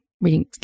reading